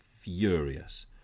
furious